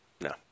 No